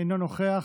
אינו נוכח,